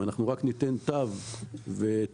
לא לתת רק תו ותעודה.